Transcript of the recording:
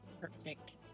Perfect